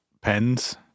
pens